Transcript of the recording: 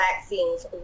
vaccines